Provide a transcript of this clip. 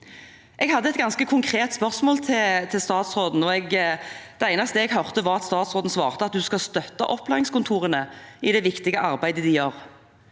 Jeg hadde et ganske konkret spørsmål til statsråden, og det eneste jeg hørte statsråden svare, var at hun skulle støtte opplæringskontorene i det viktige arbeidet de gjør.